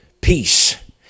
peace